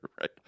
right